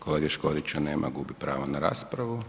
Kolege Škorića nema, gubi pravo na raspravu.